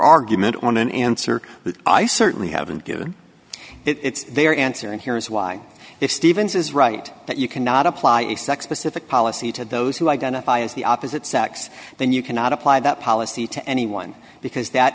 argument on an answer that i certainly haven't given it their answer and here is why if stevens is right that you cannot apply a sex specific policy to those who identify as the opposite sex then you cannot apply that policy to anyone because that